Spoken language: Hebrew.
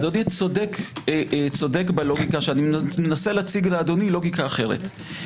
אדוני צודק, אני מנסה להציג לאדוני לוגיקה אחרת.